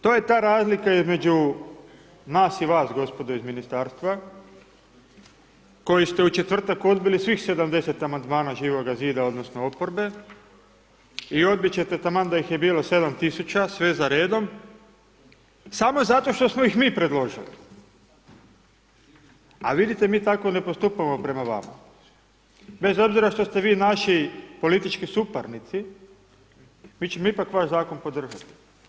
To je ta razlika između nas i vas gospodo iz ministarstva koji ste u četvrtak odbili svih 70 amandmana Živoga zida odnosno oporba i odbiti ćete taman da ih je bilo 7 tisuća sve za redom samo zato što smo ih mi predložili a vidite mi tako ne postupamo prema vama bez obzira što ste vi naši politički suparnici mi ćemo ipak vaš zakon podržati.